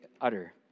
utter